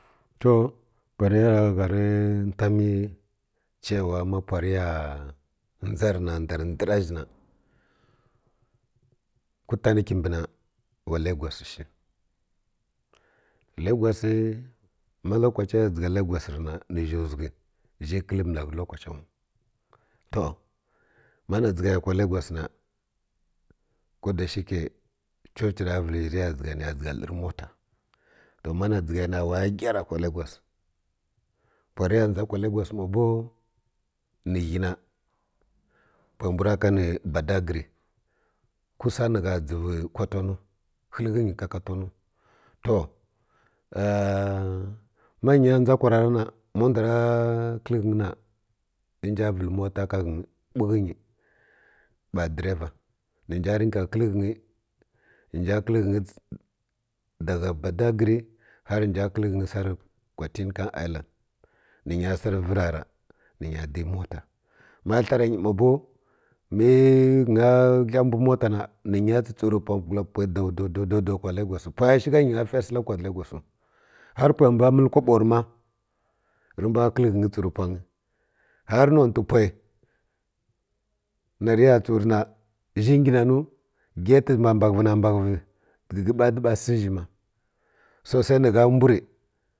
To pana rə ya ra gha rə nfa mi cewa ma pwa rə ya dʒa rə na nda ndəra zhi na gufan kəbi na wa lagos shi lagis ma lokace ya dʒiga logas na ni zhi zhigə zhi kəl mila ghə lokace raw to ma na dʒiga ya kwa bga na ko da shi kə chochi ra vəl zhi ni ya dʒigu lərə mota to ma na dʒiga ya na wa gəra kwa lagos kwa rə ya dʒa kwa lagos ma bow ni ghəry na pwə mbw ra ka ni badagri kusa ni gha dʒirui kwatano həlghə nti ka kwatano to mar nya dʒa kwa ra ra na ma ndw ra kəl ghwəyi na inja vəl mota ghə nyi bukə nyi ba dərəva ni nja dənya kəl ghə nyi ni nda kəl ghənyi ni nda kəl ghəyi daga badagri har ni kəl ghəyi sar kwa tənkam iland ni ghə nya sar və rara ni nya di mota ma həra nyi ma blow mə ghənya dla mbwi mota na ni ghənya tsə-tsəw rə gula pwə daw-daw kwa lagos pwə zhi ghə nya fə sila kwa lagis siw har b pwə mbw məl kobo rə ma rə mbw kəl ghəyi tsəw rə pwanyi har nonhə pwə na rə ya tsəw rə na zhi ngi nanuwi gate mba-mba ghə vi na mba ghəvi gəgə mbi tə pwa si zhi ma so sai ni ghə mbw rə